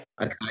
Okay